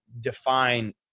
define